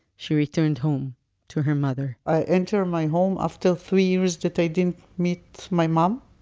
she returned home to her mother i enter my home after three years that i didn't meet my mom.